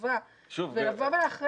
במידה